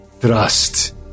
trust